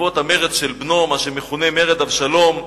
בעקבות המרד של בנו, מה שמכונה מרד אבשלום.